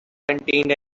contained